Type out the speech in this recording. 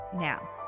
now